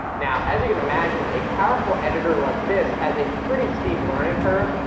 now as you can imagine, a powerful editor like this has a pretty steep learning curve,